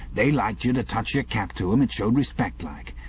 they liked you to touch your cap to em. it showed respect, like.